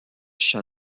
sean